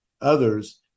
others